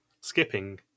Skipping